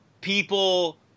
people